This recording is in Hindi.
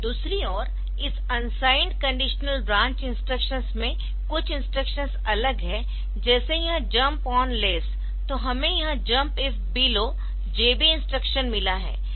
दूसरी ओर इस अनसाइंड कंडीशनल ब्रांच इंस्ट्रक्शंस में कुछ इंस्ट्रक्शंस अलग है जैसे यह जम्प ऑनलेस तो हमें यहां jump if below JB instruction मिला है